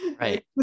right